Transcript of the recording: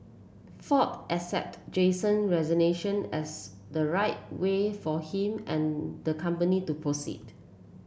ford accepted Jason resignation as the right way for him and the company to proceed